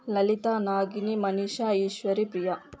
Lalitha Nagini Manisha Eshwari Priya